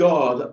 God